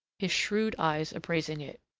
his shrewd eyes appraising it.